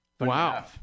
Wow